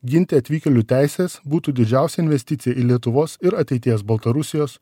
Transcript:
ginti atvykėlių teises būtų didžiausia investicija į lietuvos ir ateities baltarusijos